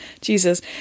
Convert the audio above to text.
Jesus